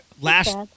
Last